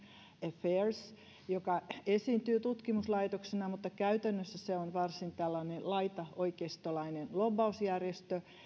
affairs joka esiintyy tutkimuslaitoksena mutta käytännössä se on varsin tällainen laitaoikeistolainen lobbausjärjestö